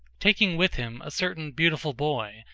taking with him a certain beautiful boy,